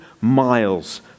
miles